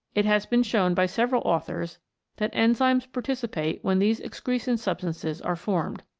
it has been shown by several authors that enzymes participate when these excretion substances are formed.